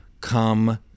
come